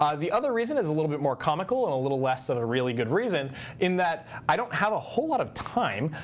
the other reason is a little bit more comical and a little less of a really good reason in that i don't have a whole lot of time.